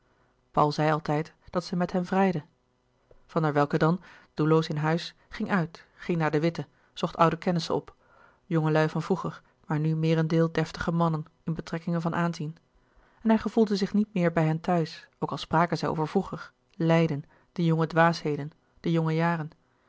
paul zei altijd dat zij met hem vrijde van der welcke dan doelloos in huis ging uit ging naar de witte zocht oude kennissen op jongelui van vroeger maar nu meerendeel deftige mannen in betrekkingen van aanzien louis couperus de boeken der kleine zielen en hij gevoelde zich niet meer bij hen thuis ook al spraken zij over vroeger leiden de jonge dwaasheden de jonge jaren